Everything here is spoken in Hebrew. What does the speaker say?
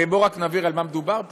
הרי בוא רק נבהיר במה מדובר פה: